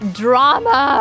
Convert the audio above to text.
drama